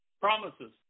promises